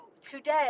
today